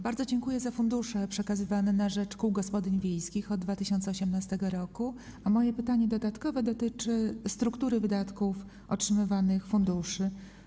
Bardzo dziękuję za fundusze przekazywane na rzecz kół gospodyń wiejskich od 2018 r., a moje pytanie dodatkowe dotyczy struktury wydatków otrzymywanych funduszy.